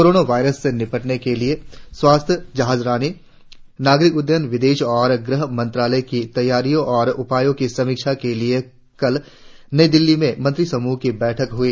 corona virus से निपटने के लिए स्वास्थ्य जहाजरानी नागरिक उड़डयन विदेश और गृह मंत्रालय की तैयारियों और उपायों की समीक्षा के लिए कल नई दिल्ली में मंत्रिसमूह की बैठक हुई